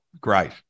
Great